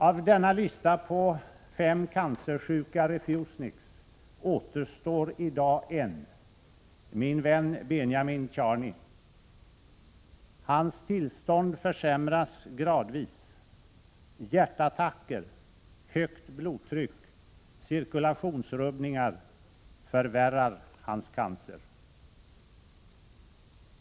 Av denna lista på fem cancersjuka refuseniks återstår i dag en — min vän Benjamin Charny. Hans tillstånd försämras gradvis. Hjärtattacker, högt blodtryck och cirkulationsrubbningar förvärrar hans cancer.